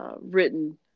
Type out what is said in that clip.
written